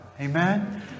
Amen